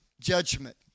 judgment